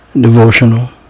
devotional